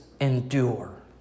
endure